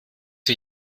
wir